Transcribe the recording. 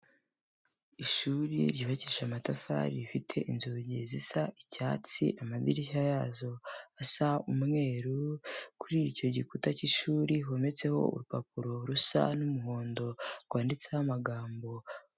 Ishuri ryubakisha amatafari rifite inzugi zisa icyatsi, amadirishya yazo asa umweru, kuri icyo gikuta k'ishuri hometseho urupapuro rusa n'umuhondo rwanditseho amagambo.